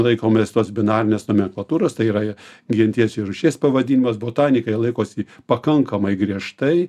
laikomės tos binarinės nomenklatūros tai yra genties ir rūšies pavadinimas botanikai laikosi pakankamai griežtai